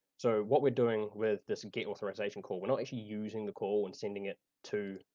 so what we're doing with this get authorization call, we're not actually using the call and sending it to,